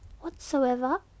whatsoever